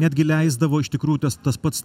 netgi leisdavo iš tikrųjų tas tas pats